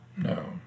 No